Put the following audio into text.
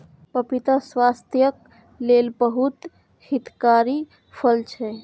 पपीता स्वास्थ्यक लेल बहुत हितकारी फल छै